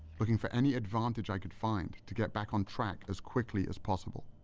looking for any advantage i could find to get back on track as quickly as possible.